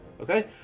Okay